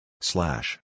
slash